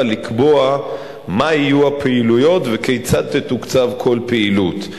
לקבוע מה יהיו הפעילויות וכיצד תתוקצב כל פעילות.